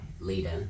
leader